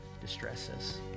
distresses